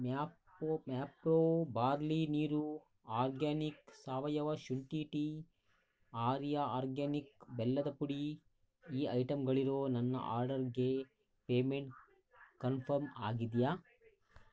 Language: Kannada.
ಮ್ಯಾಪೋ ಮ್ಯಾಪ್ರೋ ಬಾರ್ಲಿ ನೀರು ಆರ್ಗ್ಯಾನಿಕ್ ಸಾವಯವ ಶುಂಠಿ ಟೀ ಆರ್ಯ ಆರ್ಗ್ಯಾನಿಕ್ ಬೆಲ್ಲದ ಪುಡಿ ಈ ಐಟಂಗಳಿರೋ ನನ್ನ ಆರ್ಡರ್ಗೆ ಪೇಮೆಂಟ್ ಕನ್ಫಮ್ ಆಗಿದೆಯಾ